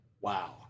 wow